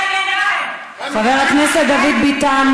חבר הכנסת דוד ביטן.